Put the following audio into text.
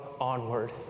onward